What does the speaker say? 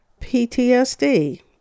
PTSD